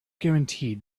guaranteed